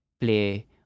play